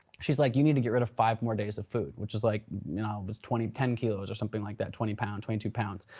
she's like you need to get rid of five more days of food which was like you know was ten kilos or something like that, twenty pounds, twenty two pounds.